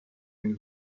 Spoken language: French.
une